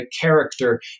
character